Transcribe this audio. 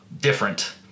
different